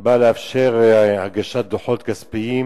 בא לאפשר הגשת דוחות כספיים